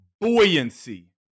buoyancy